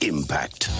Impact